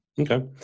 Okay